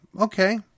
Okay